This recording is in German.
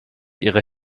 ihre